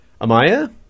Amaya